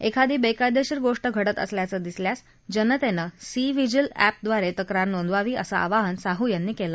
एखादी बेकायदेशीर गोष्ट घडत असल्याचं दिसल्यास जनतेनं सी व्हीजील ऍपद्वारे तक्रार नोंदवावी असं आवाहन साहू यांनी केलं